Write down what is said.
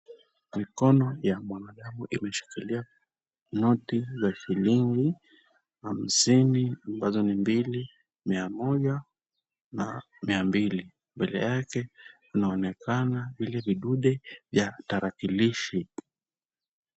Mikono ya mwanadamu imeshikilia noti za shilingi hamsini ambazo ni mbili, mia moja na mia mbili. Mbele yake kunaonekana vile vudude vya tarakilishi.